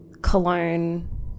cologne